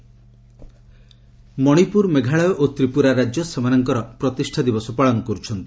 PM statehood day Manipur Meghalaya ଓ ତ୍ରିପୁରା ରାଜ୍ୟ ସେମାନଙ୍କର ପ୍ରତିଷ୍ଠା ଦିବସ ପାଳନ କରୁଛନ୍ତି